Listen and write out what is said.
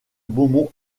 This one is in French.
beaumont